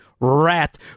rat